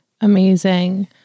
Amazing